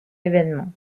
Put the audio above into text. événement